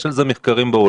יש על זה מחקרים בעולם.